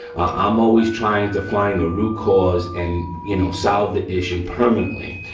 i'm always trying to find the root cause and you know solve the issue permanently.